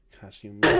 costume